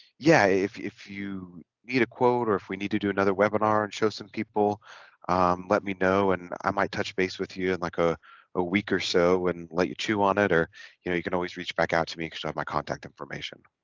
yeah if if you need a quote or if we need to do another webinar and show some people let me know and i might touch base with you in and like ah a week or so and let you chew on it or you know you can always reach back out to me extrav my contact information